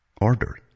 Order